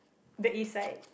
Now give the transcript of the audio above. the east side